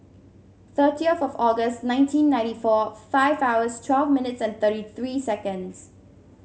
thirtieth of August nineteen ninety four five hours twelve minutes and thirty three seconds